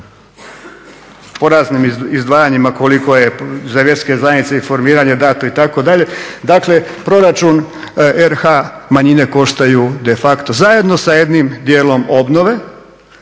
po raznim izdvajanjima koliko je za vjerske zajednice i formiranje dato itd. Dakle, Proračun RH manjine koštaju de facto zajedno sa jednim dijelom obnove